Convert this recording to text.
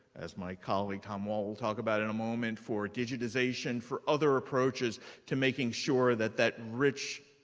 as my colleague tom wall talk about in a moment, for digitization, for other approaches to making sure that that rich